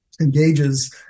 engages